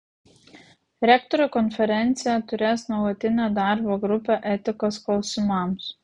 rektorių konferencija turės nuolatinę darbo grupę etikos klausimams